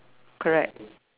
correct